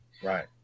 Right